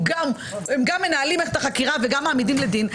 הם גם מנהלים את החקירה וגם מעמידים לדין,